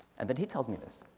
and then he tells me this,